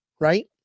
right